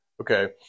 Okay